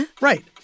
Right